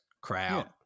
crowd